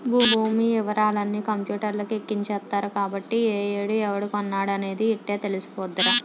భూమి యివరాలన్నీ కంపూటర్లకి ఎక్కించేత్తరు కాబట్టి ఏ ఏడు ఎవడు కొన్నాడనేది యిట్టే తెలిసిపోద్దిరా